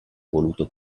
voluto